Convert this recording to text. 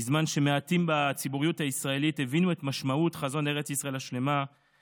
בזמן שמעטים בציבוריות הישראלית הבינו את משמעות חזון ארץ ישראל השלמה,